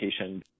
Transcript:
education